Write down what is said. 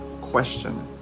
question